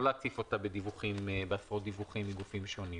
לא להציף אותה בעשרות דיווחים מגופים שונים.